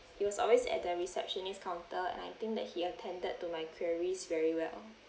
he was always at the receptionist counter and I think that he attended to my queries very well